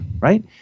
Right